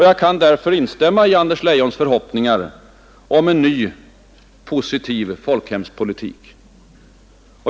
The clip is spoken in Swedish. Jag kan därför instämma i Anders Leions förhoppningar om en ny positiv folkhemspolitik.